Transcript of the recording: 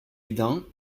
hesdin